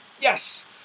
Yes